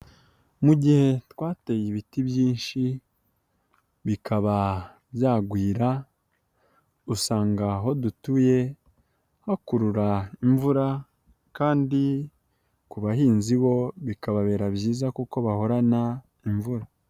Mu gihe twateye ibiti byinshi bikagwira , usanga aho dutuye hakurura imvura kandi ku bahinzi bo bikababera byiza kuko bahorana imvura.